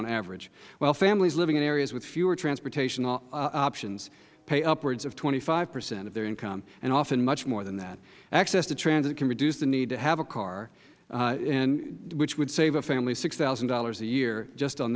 on average while families living in areas with fewer transportation options pay upwards of twenty five percent of their income and often much more than that access to transit can reduce the need to have a car which would save a family six thousand dollars a year just on